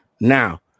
Now